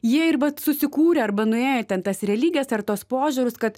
jie ir vat susikūrė arba nuėjo į ten tas religijas ar tos požiūrius kad